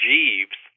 Jeeves